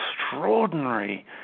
extraordinary